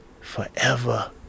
forever